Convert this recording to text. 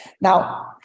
Now